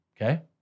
Okay